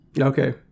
Okay